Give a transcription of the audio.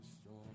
storm